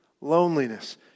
loneliness